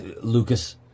Lucas